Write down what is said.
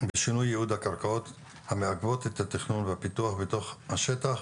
בשינוי ייעוד הקרקעות המעכבות את התכנון והפיתוח בתוך השטח